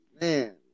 Man